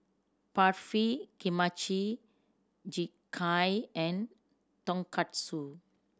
Barfi Kimchi Jjigae and Tonkatsu